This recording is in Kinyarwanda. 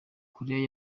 koreya